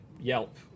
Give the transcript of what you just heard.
Yelp